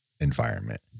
environment